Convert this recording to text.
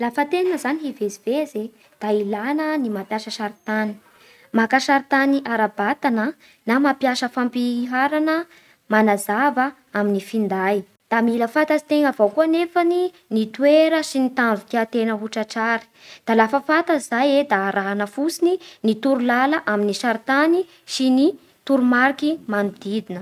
Lafa tegna zagny te hivezivezy da ilana ny mampiasa sary tany. Maka sary tany ara-batana na mapiasa fampiharana manazana amin'ny finday, da mila fantatsy tegna avao koa nefany ny toera sy ny tanjo tiategna ho tratrary, da lafa fantatsy zay e da arahana fotsiny ny toro-lalà amin'ny sary tany sy ny toro-mariky manondidina.